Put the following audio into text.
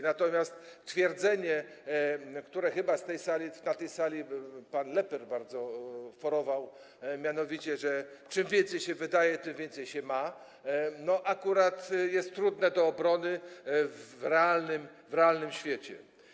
Natomiast twierdzenie, które chyba na tej sali pan Lepper bardzo forował, mianowicie że czym więcej się wydaje, tym więcej się ma, akurat jest trudne do obrony w realnym świecie.